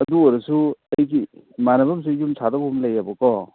ꯑꯗꯨ ꯑꯣꯏꯔꯁꯨ ꯑꯩꯒꯤ ꯏꯃꯥꯟꯅꯕ ꯑꯃꯁꯨ ꯌꯨꯝ ꯁꯥꯗꯧꯕ ꯑꯃ ꯂꯩꯌꯦꯕꯀꯣ